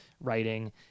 writing